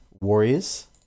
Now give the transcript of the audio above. Warriors